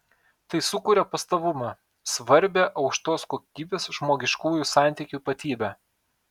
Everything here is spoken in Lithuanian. tai sukuria pastovumą svarbią aukštos kokybės žmogiškųjų santykių ypatybę